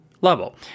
level